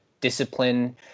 discipline